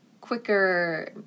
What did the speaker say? quicker